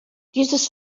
dieses